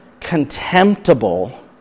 contemptible